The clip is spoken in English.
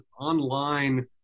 online